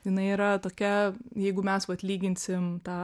jinai yra tokia jeigu mes vat lyginsim tą